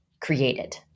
created